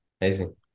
Amazing